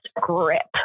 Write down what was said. grip